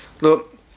look